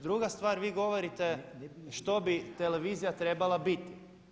Druga stvar, vi govorite što bi televizija trebala biti.